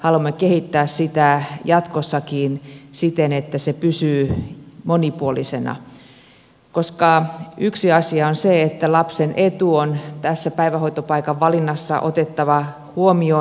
haluamme kehittää sitä jatkossakin siten että se pysyy monipuolisena koska yksi asia on se että lapsen etu on päivähoitopaikan valinnassa otettava huomioon